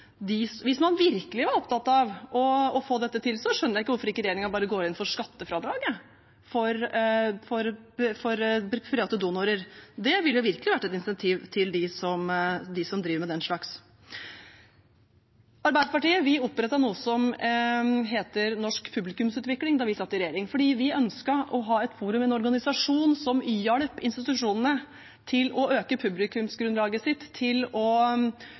Hvis man virkelig var opptatt av å få dette til, skjønner jeg ikke hvorfor regjeringen ikke bare går inn for skattefradrag for private donorer. Det ville virkelig vært et incentiv for dem som driver med den slags. Vi i Arbeiderpartiet opprettet noe som heter Norsk Publikumsutvikling da vi satt i regjering. Vi ønsket å ha et forum, en organisasjon, som hjalp institusjonene med å øke publikumsgrunnlaget,